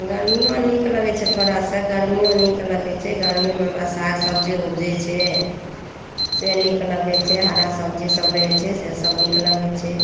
गर्मियो नीक लगै छै थोड़ा सा गर्मियो नीक लगै छै गर्मीमे हमरा साग सब्जी उपजै छै से नीक लगै छै हरा सब्जी सभ जे होइ छै से सभ नीक लगै छै